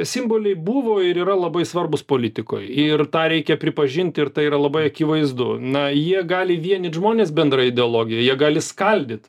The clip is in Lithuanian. simboliai buvo ir yra labai svarbūs politikoj ir tą reikia pripažint ir tai yra labai akivaizdu na jie gali vienyt žmones bendra ideologija jie gali skaldyt